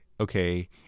okay